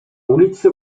ulicy